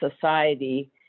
society